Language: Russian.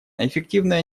эффективное